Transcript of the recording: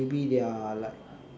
maybe they are like